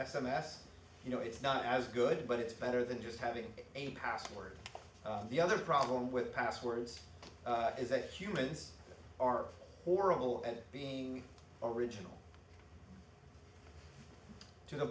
s you know it's not as good but it's better than just having a password the other problem with passwords is that humans are horrible and being original to the